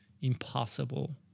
impossible